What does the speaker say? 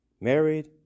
married